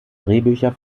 drehbücher